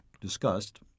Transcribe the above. discussed